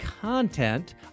content